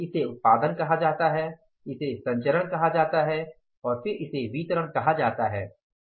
इसे उत्पादन कहा जाता है इसे संचरण कहा जाता है फिर इसे वितरण कहा जाता है